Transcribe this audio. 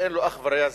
שאין לו אח ורע.